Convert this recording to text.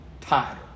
tighter